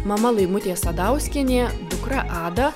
mama laimutė sadauskienė dukra ada